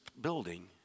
building